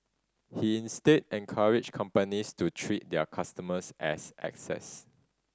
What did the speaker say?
he instead encouraged companies to treat their customers as assets